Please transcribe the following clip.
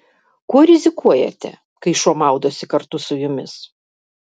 kuo rizikuojate kai šuo maudosi kartu su jumis